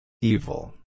Evil